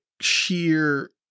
sheer